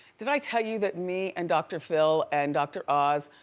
did i tell you that me and dr. phil and dr. oz,